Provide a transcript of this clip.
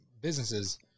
businesses